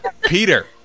Peter